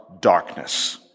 darkness